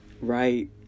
right